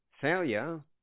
Failure